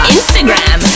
Instagram